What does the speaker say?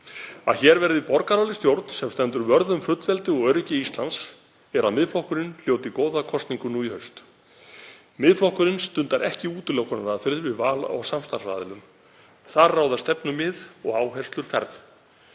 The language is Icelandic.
að hér verði borgaraleg stjórn sem stendur vörð um fullveldi og öryggi Íslands er að Miðflokkurinn hljóti góða kosningu nú í haust. Miðflokkurinn stundar ekki útilokunaraðferðir við val á samstarfsaðilum. Þar ráða stefnumið og áherslur ferð.